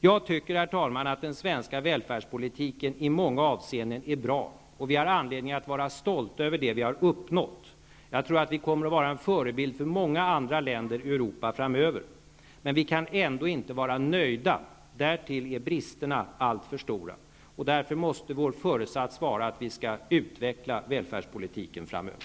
Jag tycker, herr talman, att den svenska välfärdspolitiken i många avseenden är bra, och vi har anledning att vara stolta över det vi har uppnått. Jag tror att vi framöver kommer att vara en förebild för många andra länder i Europa. Men vi kan ändå inte vara nöjda. Därtill är bristerna alltför stora. Vår föresats måste därför vara att vi skall utveckla välfärdspolitiken framöver.